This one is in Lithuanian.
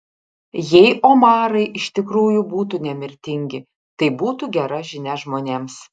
jei omarai iš tikrųjų būtų nemirtingi tai būtų gera žinia žmonėms